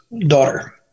daughter